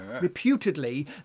reputedly